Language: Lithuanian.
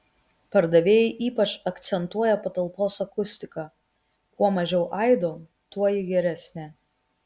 pardavėjai ypač akcentuoja patalpos akustiką kuo mažiau aido tuo ji geresnė